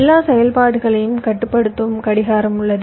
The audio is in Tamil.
எல்லா செயல்பாடுகளையும் கட்டுப்படுத்தும் கடிகாரம் உள்ளது